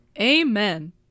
Amen